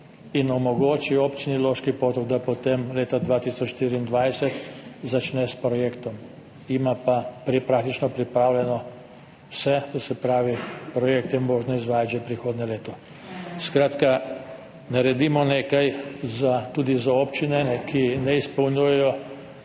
in omogoči Občini Loški Potok, da potem leta 2024 začne s projektom. Ima pa praktično pripravljeno vse. To se pravi, projekt je možno izvajati že prihodnje leto. Skratka, naredimo nekaj tudi za občine, ki ne izpolnjujejo